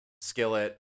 skillet